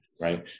right